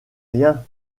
rien